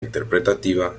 interpretativa